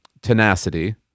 tenacity